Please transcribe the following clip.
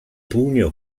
pugno